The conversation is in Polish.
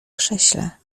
krześle